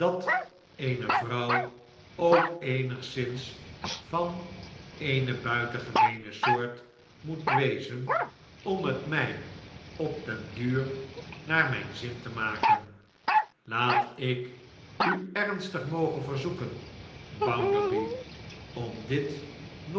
eene vrouw ook eenigszins van eene buitengemeene soort moet wezen om het mij op den duur naar mijn zin te maken laat ik u ernstig mogen verzoeken bounderby om dit